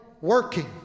working